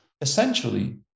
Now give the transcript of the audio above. essentially